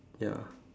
ya